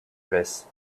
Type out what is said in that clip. press